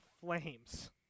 flames